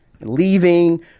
leaving